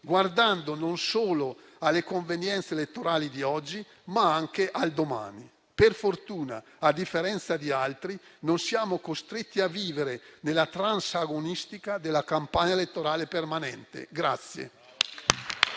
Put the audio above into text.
guardando non solo alle convenienze elettorali di oggi, ma anche al domani. Per fortuna, a differenza di altri, non siamo costretti a vivere nella *trance* agonistica della campagna elettorale permanente.